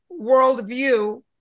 worldview